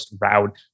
route